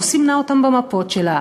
לא סימנה אותם במפות שלה,